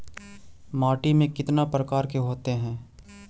माटी में कितना प्रकार के होते हैं?